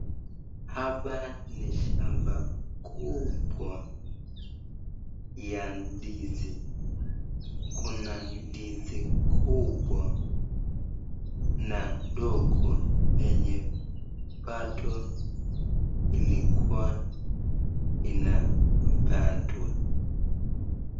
Hapa ni shamba kubwa ya ndizi kuna ndizi kubwa na ndogo yenye bado ilikuwa inapandwa.